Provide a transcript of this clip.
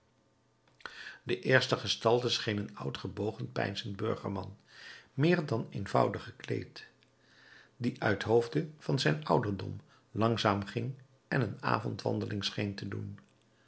de eerste gestalte scheen een oud gebogen peinzend burgerman meer dan eenvoudig gekleed die uithoofde van zijn ouderdom langzaam ging en een avondwandeling scheen te doen